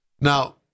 Now